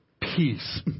peace